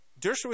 Dershowitz